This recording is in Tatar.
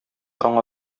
таң